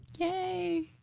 Yay